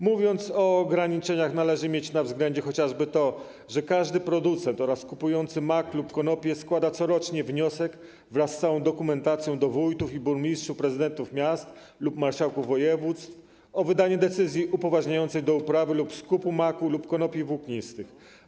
Mówiąc o ograniczeniach, należy mieć na względzie chociażby to, że każdy producent oraz skupujący mak lub konopie składa corocznie wniosek, wraz z całą dokumentacją, do wójtów, burmistrzów, prezydentów miast lub marszałków województw o wydanie decyzji upoważniającej do uprawy lub skupu maku lub konopi włóknistych.